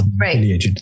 right